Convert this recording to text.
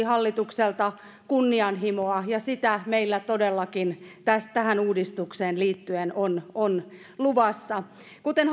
hallitukselta kunnianhimoa ja sitä meillä todellakin tähän uudistukseen liittyen on on luvassa kuten